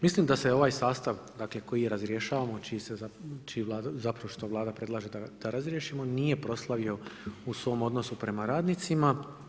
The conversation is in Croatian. Mislim da se ovaj sastav, dakle, koji razrješavamo, zapravo što Vlada predlaže da razriješimo nije proslavio u svom odnosu prema radnicima.